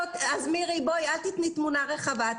אל תיתני תמונה רחבה,